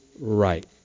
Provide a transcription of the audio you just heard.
right